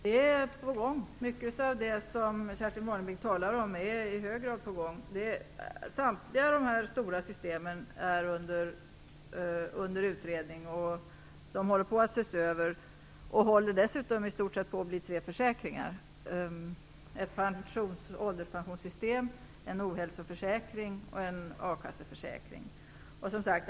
Fru talman! Mycket av det som Kerstin Warnerbring talar om är i hög grad på gång. Samtliga de stora systemen är under utredning. De håller på att ses över och de håller dessutom i stort sett på att bli tre försäkringar: ett ålderspensionssystem, en ohälsoförsäkring och en a-kasseförsäkring.